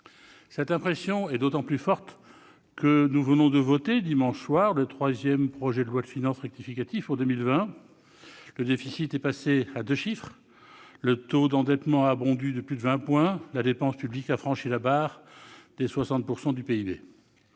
Cette impression est d'autant plus forte que nous venons de voter, dans la nuit de dimanche, le troisième projet de loi de finances rectificative pour 2020. Le déficit atteint désormais deux chiffres, le taux d'endettement a bondi de plus de 20 points et la dépense publique a franchi la barre des 60 % du PIB.